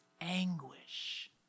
anguish